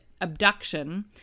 abduction